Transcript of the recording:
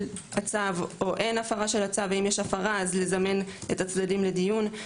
הצו או אין; ואם יש הפרה אז לזמן את הצדדים לדיון.